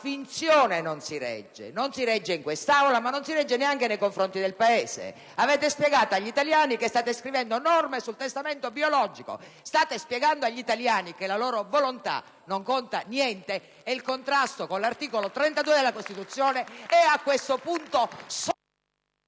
finzione non regge: non regge in quest'Aula, ma non regge neanche nei confronti del Paese! Avete spiegato agli italiani che state scrivendo norme sul testamento biologico. State spiegando agli italiani che la loro volontà non conta niente. Il contrasto con l'articolo 32 della Costituzione è, a questo punto,